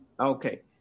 Okay